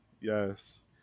Yes